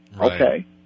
Okay